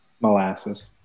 Molasses